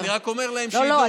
אני רק אומר להם, שידעו.